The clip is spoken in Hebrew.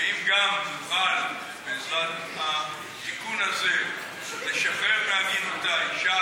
ואם גם תוכל בעזרת התיקון הזה לשחרר מעגינותה אישה,